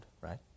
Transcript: right